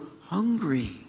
hungry